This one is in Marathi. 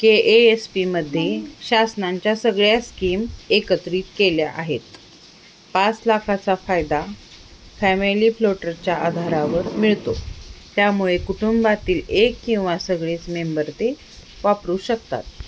के ए एस पीमध्ये शासनांच्या सगळ्या स्कीम एकत्रित केल्या आहेत पाच लाखाचा फायदा फॅमिली फ्लोटरच्या आधारावर मिळतो त्यामुळे कुटुंबातील एक किंवा सगळेच मेंबर ते वापरू शकतात